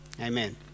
Amen